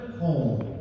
home